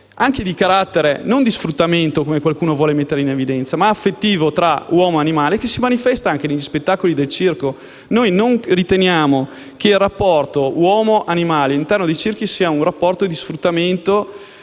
essere un rapporto non di sfruttamento, come qualcuno vuole mettere in evidenza, ma affettivo tra uomo e animale, come si manifesta negli spettacoli del circo. Non riteniamo che il rapporto tra uomo e animale all'interno dei circhi sia di sfruttamento